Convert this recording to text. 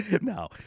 No